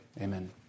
Amen